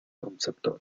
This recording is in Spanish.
concepto